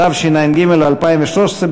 התשע"ג 2013,